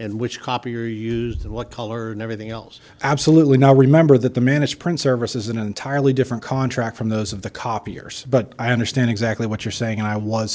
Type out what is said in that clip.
and which copier used what color and everything else absolutely now remember that the mannish print service is an entirely different contract from those of the copiers but i understand exactly what you're saying and i was